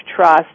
trust